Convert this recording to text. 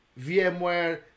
VMware